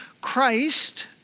Christ